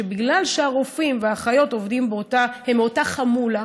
שבגלל שהרופאים והאחיות הם מאותה חמולה,